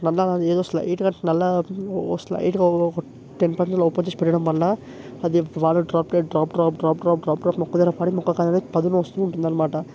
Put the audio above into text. నల్లా ఎదో స్లై ఎయిట్ అవర్స్ నల్లా ఒ స్లైట్గా ఒ టెన్ పరిధిలో ఓపెన్ చేసి పెట్టడంవల్ల అది వాలు drop by drop drop drop drop drop drop drop మొక్క దగ్గర పడి మొక్కకనేది పదును వస్తూ ఉంటుదన్నమాట